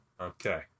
Okay